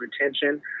retention